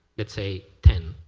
let's say, ten,